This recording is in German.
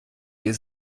ihr